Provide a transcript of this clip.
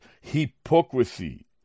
hypocrisy